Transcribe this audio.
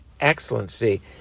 excellency